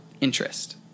interest